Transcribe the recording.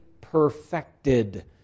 perfected